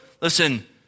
listen